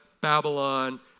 Babylon